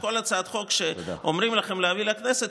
שכל הצעת חוק שאומרים לכם להביא לכנסת,